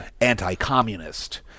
anti-communist